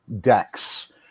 decks